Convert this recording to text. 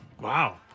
Wow